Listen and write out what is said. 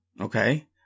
Okay